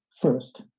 first